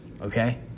Okay